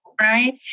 right